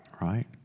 right